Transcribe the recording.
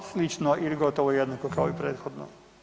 Pa slično ili gotovo jednako kao i prethodno.